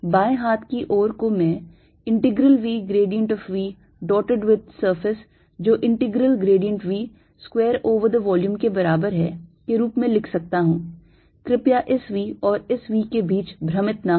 बाएं हाथ की ओर को मैं integral V grad V dotted with surface जो integral grad V square over the volume के बराबर है के रूप में लिख सकता हूं कृपया इस V और इस V के बीच भ्रमित न हो